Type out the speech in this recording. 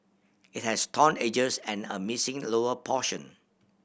it has torn edges and a missing lower portion